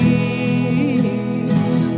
Peace